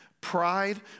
Pride